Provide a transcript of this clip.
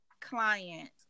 client